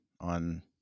on